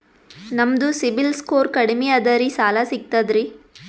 ನಮ್ದು CIBIL score ಕಡಿಮಿ ಅದರಿ ಸಾಲಾ ಸಿಗ್ತದ?